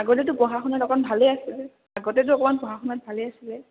আগতেতো পঢ়া শুনাত অকণ ভালে আছিলে আগতেতো অকণমান পঢ়া শুনাত ভালে আছিলে